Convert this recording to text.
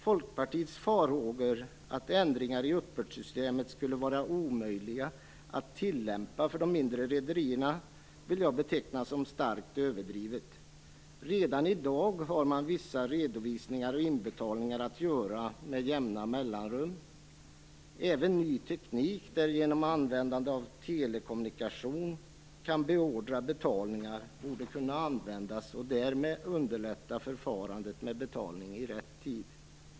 Folkpartiets farhågor, att det skulle vara omöjligt för de mindre rederierna att tillämpa ändringarna i uppbördssystemet, vill jag beteckna som starkt överdrivna. Redan i dag har man att göra vissa redovisningar och inbetalningar med jämna mellanrum. Även ny teknik, där man genom användande av telekommunikation kan beordra betalningar, borde kunna användas och därmed underlätta förfarandet med betalningar i rätt tid.